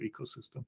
ecosystem